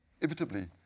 inevitably